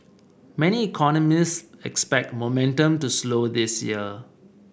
many economists expect momentum to slow this year